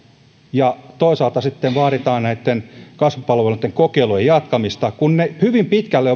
ja toisaalta sitten vaaditaan näitten kasvupalveluitten kokeilujen jatkamista kun ne hyvät tulokset hyvin pitkälle